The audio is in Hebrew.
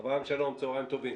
אברהם, שלום וצהריים טובים,